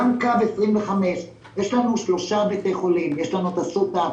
גם קו 25. יש לנו שלושה בתי חולים אסותא,